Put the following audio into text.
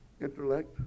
intellect